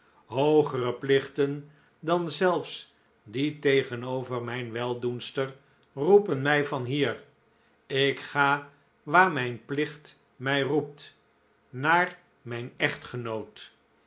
hoogere plichten dan zelfs die tegenover mijn weldoenster roepen mij van hier ik ga waar mijn plicht mij roept naar mijn echtgenoot